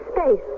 space